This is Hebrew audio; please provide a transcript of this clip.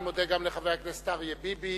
אני מודה גם לחבר הכנסת אריה ביבי.